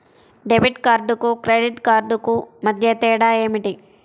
Debit కార్డుకు credit కార్డుకు మధ్య తేడా ఏమిటీ?